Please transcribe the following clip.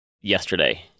yesterday